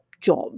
job